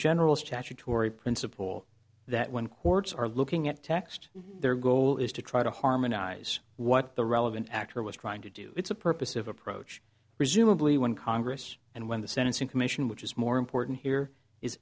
general statutory principle that when courts are looking at text their goal is to try to harmonize what the relevant actor was trying to do it's a purpose of approach presumably when congress and when the sentencing commission which is more important here is